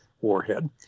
warhead